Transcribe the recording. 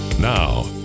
Now